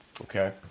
Okay